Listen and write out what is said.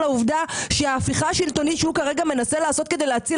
העובדה שההפיכה השלטונית שהוא כרגע מנסה לעשות כדי להציל